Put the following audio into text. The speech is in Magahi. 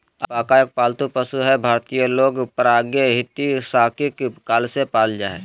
अलपाका एक पालतू पशु हई भारतीय लोग प्रागेतिहासिक काल से पालय हई